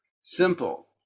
Simple